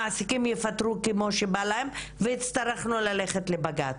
המעסיקים יפטרו כמו שבא להם ..." והיינו צריכים ללכת לבג"ץ.